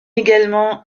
également